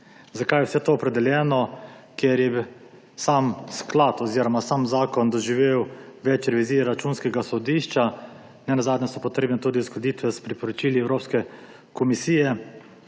Zakaj je vse to opredeljeno? Ker je sam sklad oziroma sam zakon doživel več revizij Računskega sodišča, nenazadnje so potrebne tudi uskladitve s priporočili Evropske komisije.